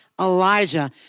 Elijah